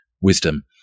wisdom